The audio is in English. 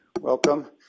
welcome